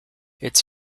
its